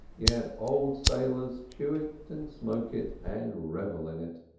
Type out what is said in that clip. yet old sailors chew it and smoke it and revel in it.